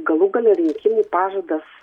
galų gale rinkimų pažadas